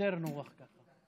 יותר נוח ככה.